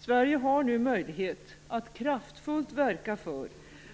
Sverige har nu möjlighet att kraftfullt verka för